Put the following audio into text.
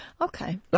Okay